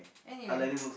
anyways